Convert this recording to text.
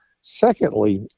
Secondly